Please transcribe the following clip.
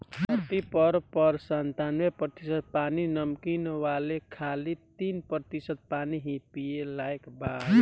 धरती पर पर संतानबे प्रतिशत पानी नमकीन बावे खाली तीन प्रतिशत पानी ही पिए लायक बावे